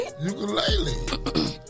ukulele